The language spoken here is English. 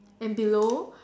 and below